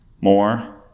more